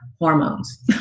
hormones